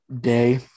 day